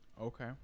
Okay